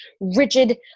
rigid